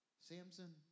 Samson